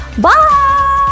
Bye